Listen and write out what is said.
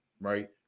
right